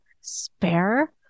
spare